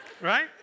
Right